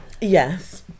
Yes